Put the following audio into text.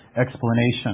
explanation